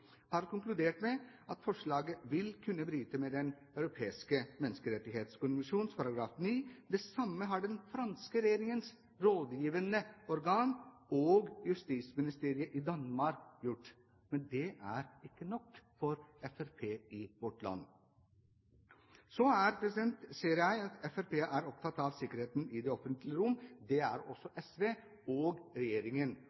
har konkludert med at forslaget vil kunne bryte med Den europeiske menneskerettskonvensjon artikkel 9. Det samme har den franske regjeringens lovgivende organ og Justisministeriet i Danmark gjort. Men det er ikke nok for Fremskrittspartiet i vårt land. Så ser jeg at Fremskrittspartiet er opptatt av sikkerheten i det offentlige rom. Det er også